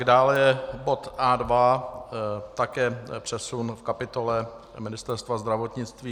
Dále je bod A2, také přesun v kapitole Ministerstva zdravotnictví.